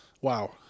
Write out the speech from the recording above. Wow